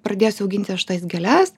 pradėsiu auginti aš tas gėles